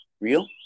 real